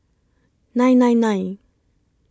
nine nine nine